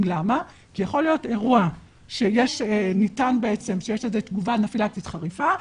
כי יכול להיות אירוע שיש לזה תגובה אנפילקטית חריפה,